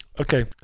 okay